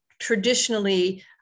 traditionally